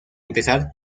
empezar